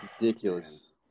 Ridiculous